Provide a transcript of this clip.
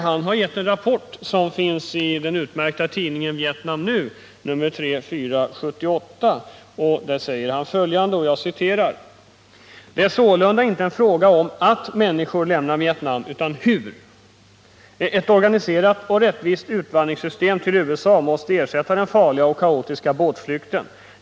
Han har avgivit en rapport som återges i den utmärkta tidningen Vietnam Nu, nr 3-4 1978: ”Det är sålunda inte en fråga om att människor lämnar Vietnam utan hur. Ett organiserat och rättvist utvandringssystem till USA måste ersätta den farliga och kaotiska båtflykten.